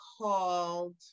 called